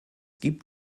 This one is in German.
gibt